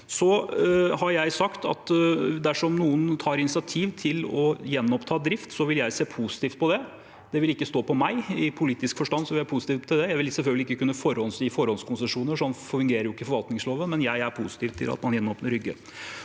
Så har jeg sagt at dersom noen tar initiativ til å gjenoppta drift, vil jeg se positivt på det. Det skal ikke stå på meg. I politisk forstand er jeg positiv til det. Jeg vil selvfølgelig ikke kunne gi forhåndskonsesjoner, sånn fungerer jo ikke forvaltningsloven, men jeg er positiv til at man gjenåpner Rygge.